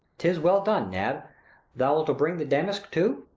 tis well done, nab thou'lt bring the damask too?